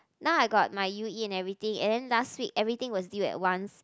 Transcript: now I got my u_e and everything and then last week everything was deal at once